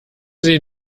sie